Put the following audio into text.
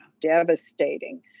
devastating